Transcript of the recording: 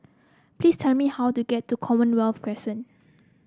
please tell me how to get to Commonwealth Crescent